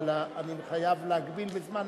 אבל אני חייב להגביל בזמן,